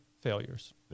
failures